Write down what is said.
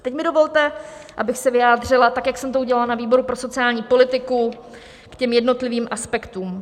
Teď mi dovolte, abych se vyjádřila tak, jak jsem to udělala na výboru pro sociální politiku, k jednotlivým aspektům.